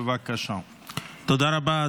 אושרה בקריאה הטרומית,